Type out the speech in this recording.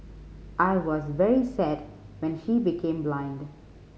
I was very sad when she became blind